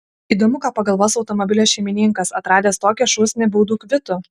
įdomu ką pagalvos automobilio šeimininkas atradęs tokią šūsnį baudų kvitų